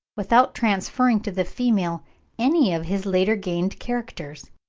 without transferring to the female any of his later-gained characters.